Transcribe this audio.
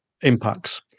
impacts